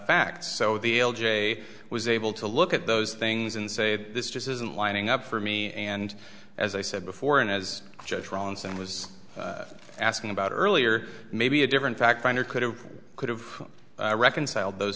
facts so the l j was able to look at those things and say this just isn't lining up for me and as i said before and as judge rawlinson was asking about earlier maybe a different fact finder could have could have reconciled those